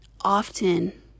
often